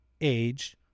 age